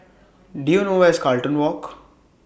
Do YOU know Where IS Carlton Walk